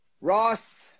Ross